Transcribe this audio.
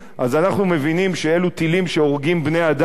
אז אנחנו מבינים שאלה טילים שהורגים בני-אדם,